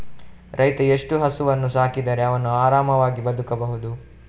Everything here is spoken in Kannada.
ರೈತ ಎಷ್ಟು ಹಸುವನ್ನು ಸಾಕಿದರೆ ಅವನು ಆರಾಮವಾಗಿ ಬದುಕಬಹುದು?